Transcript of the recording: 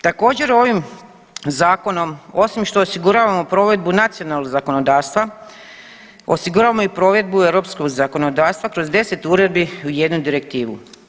Također ovim zakonom osim što osiguravamo provedbu nacionalnog zakonodavstva osiguravamo i provedbu europskog zakonodavstva kroz 10 uredbi u jednu direktivu.